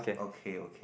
okay okay